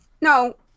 No